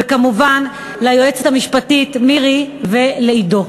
וכמובן ליועצת המשפטית מירי ולעידו.